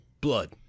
Blood